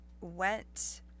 went –